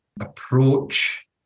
approach